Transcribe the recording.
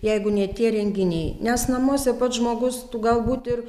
jeigu ne tie renginiai nes namuose pats žmogus tu galbūt ir